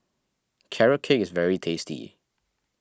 Carrot Cake is very tasty